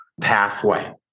pathway